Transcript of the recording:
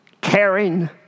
caring